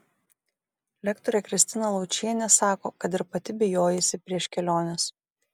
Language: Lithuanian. lektorė kristina laučienė sako kad ir pati bijojusi prieš keliones